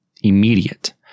immediate